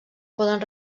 poden